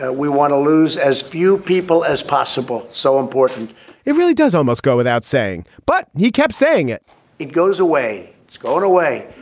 ah we want to lose as few people as possible, so important it really does almost go without saying, but he kept saying it it goes away. it's gone away.